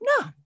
no